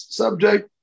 subject